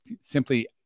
simply